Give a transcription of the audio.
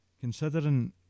Considering